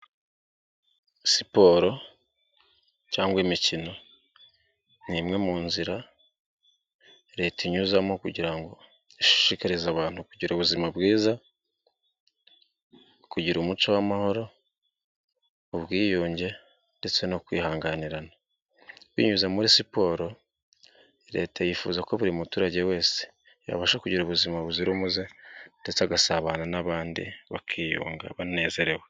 Siporo cyangwa imikino ni imwe mu nzira Leta inyuzamo kugira ngo ishishikarize abantu kugira ubuzima bwiza, kugira umuco w'amahoro, ubwiyunge ndetse no kwihanganirana. Binyuze muri siporo Leta yifuza ko buri muturage wese yabasha kugira ubuzima buzira umuze ndetse agasabana n'abandi bakiyunga banezerewe.